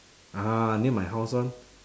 ah near my house [one]